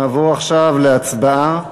נעבור עכשיו להצבעה.